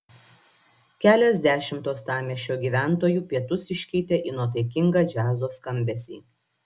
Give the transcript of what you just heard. keliasdešimt uostamiesčio gyventojų pietus iškeitė į nuotaikingą džiazo skambesį